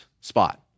spot